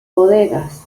bodegas